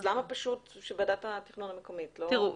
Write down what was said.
אז למה פשוט שוועדת התכנון המקומית לא?